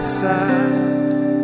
side